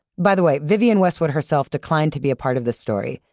by the way, vivienne westwood herself declined to be a part of this story,